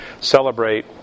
celebrate